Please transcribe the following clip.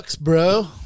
bro